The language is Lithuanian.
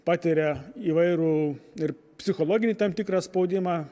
patiria įvairų ir psichologinį tam tikrą spaudimą